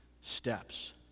steps